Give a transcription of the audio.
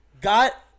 Got